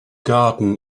garden